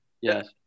Yes